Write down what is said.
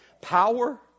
power